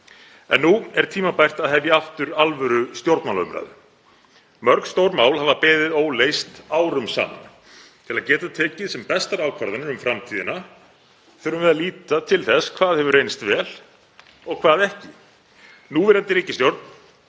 En nú er tímabært að hefja aftur alvörustjórnmálaumræðu. Mörg stór mál hafa beðið óleyst árum saman. Til að geta tekið sem bestar ákvarðanir um framtíðina þurfum við að líta til þess hvað reynst hefur vel og hvað ekki. Núverandi ríkisstjórn